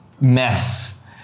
mess